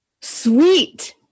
Sweet